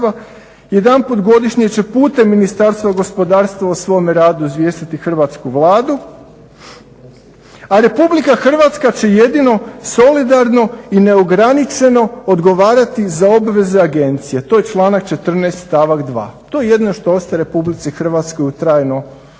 Jedanput godišnje će putem Ministarstva gospodarstva izvijestiti hrvatsku Vladi, a RH će jedino solidarno i neograničeno odgovarati za obveze agencije. To je članak 14.stavak 2. To jedino ostaje RH u trajnu obvezu